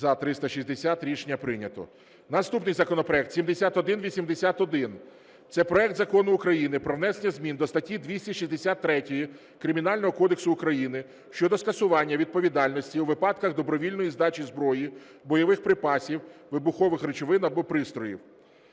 За – 360 Рішення прийнято. Наступний законопроект 7181. Це проект Закону України про внесення змін до статті 263 Кримінального кодексу України щодо скасування відповідальності у випадках добровільної здачі зброї, бойових припасів, вибухових речовин або пристрої.